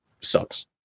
sucks